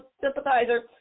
sympathizer